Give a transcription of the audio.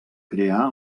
crear